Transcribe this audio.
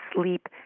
sleep